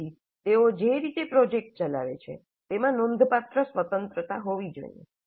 તેથી તેઓ જે રીતે પ્રોજેક્ટ ચલાવે છે તેમાં નોંધપાત્ર સ્વતંત્રતા હોવી જોઈએ